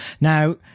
Now